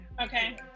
okay